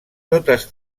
totes